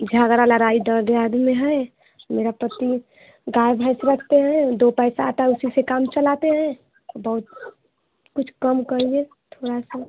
झगड़ा लड़ाई दर्द आदमी है मेरा पति गाय भैंस रखते हैं दो पैसा आता है उसी से काम चलाते हैं बहुत कुछ कम करिए थोड़ा सा